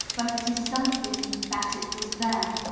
but it is something that it was there.